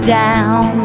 down